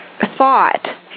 thought